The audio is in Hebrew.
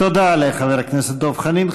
תודה לחבר הכנסת דב חנין.